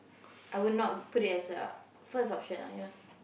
I will not put it as a first option I yeah lah